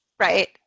Right